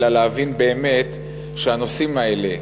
אלא להבין באמת שהנושאים האלה,